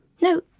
No